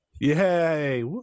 Yay